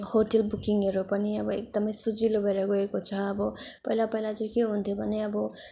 hotel बुकिङहरू पनि अब एकदमै सजिलो भएर गएको छ अब पहिला पहिला चाहिँ के हुन्थ्यो भने अब